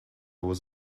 was